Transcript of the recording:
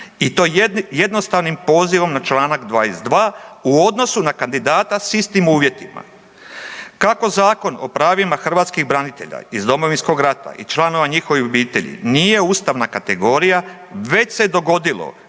i to jednostavnim pozivom na članak 22. u odnosu na kandidata sa istim uvjetima. Kako zakon o pravima hrvatskih branitelja iz Domovinskog rata i članova njihovih obitelji nije ustavna kategorija već se dogodilo